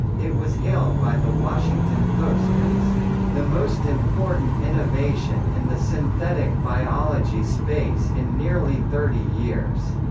it was hailed by the washington post as the most important innovation in the synthetic biology space in nearly thirty years.